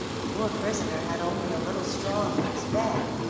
the poor prisoner had only a little straw for his bed,